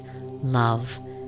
love